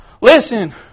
listen